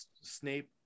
Snape